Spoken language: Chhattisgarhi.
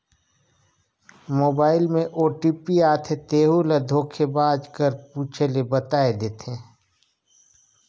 मोबाइल में ओ.टी.पी आथे तेहू ल धोखेबाज कर पूछे ले बताए देथे